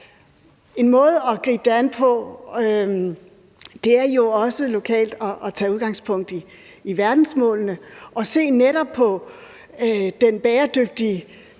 En måde at gribe det an på er jo også lokalt at tage udgangspunkt i verdensmålene og netop se på den bæredygtige